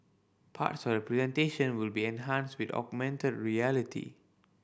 parts of presentation will be enhanced with augmented reality